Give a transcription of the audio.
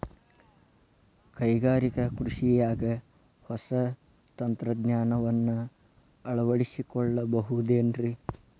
ಕೈಗಾರಿಕಾ ಕೃಷಿಯಾಗ ಹೊಸ ತಂತ್ರಜ್ಞಾನವನ್ನ ಅಳವಡಿಸಿಕೊಳ್ಳಬಹುದೇನ್ರೇ?